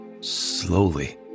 Slowly